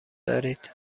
دارید